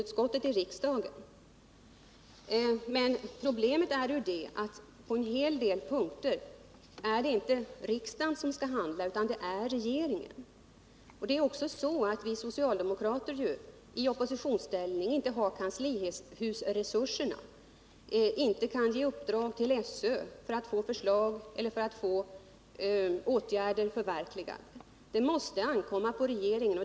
Men problemet är ju att det på en hel del punkter inte är riksdagen som skall handla utan regeringen. I oppositionsställning har vi socialdemokrater inte de möjligheter som man har inom kanslihuset. Vi kan heller inte ge uppdrag till SÖ för att få förslag eller för att få åtgärder förverkligade. Det måste ankomma på regeringen.